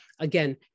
again